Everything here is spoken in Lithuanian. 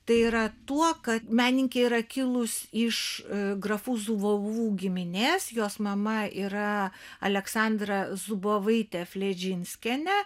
tai yra tuo kad menininkė yra kilus iš grafų zubovų giminės jos mama yra aleksandra zubovaitė fledžinskienė